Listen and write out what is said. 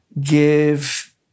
give